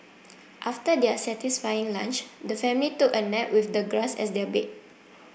after their satisfying lunch the family took a nap with the grass as their bed